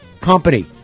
company